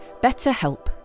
BetterHelp